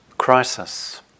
crisis